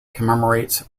commemorates